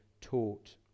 taught